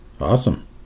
Awesome